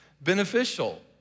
beneficial